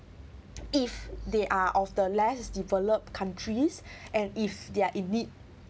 if they are of the less developed countries and if they're in need